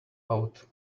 out